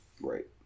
Right